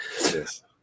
Yes